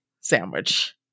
sandwich